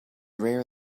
rare